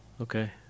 Okay